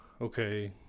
okay